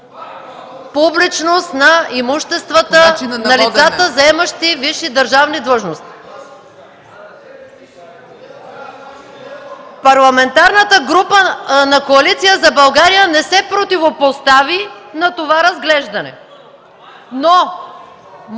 публичност на имуществата на лицата, заемащи висши държавни длъжности. (Силен шум и реплики.) Парламентарната група на Коалиция за България не се противопостави на това разглеждане, но